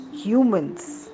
humans